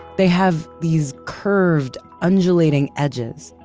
they have these curved undulating edges.